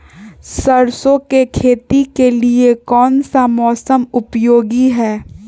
सरसो की खेती के लिए कौन सा मौसम उपयोगी है?